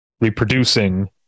reproducing